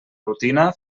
rutina